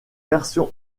version